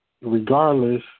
regardless